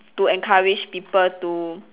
to encourage people to